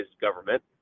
government